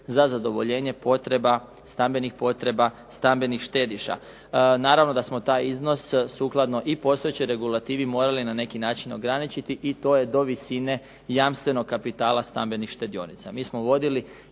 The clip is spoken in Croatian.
za zadovoljenje potreba, stambenih potreba stambenih štediša. Naravno da smo taj iznos sukladno i postojećoj regulativi morali na neki način ograničiti i to je do visine jamstvenog kapitala stambenih štedionica.